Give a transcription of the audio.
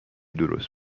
درست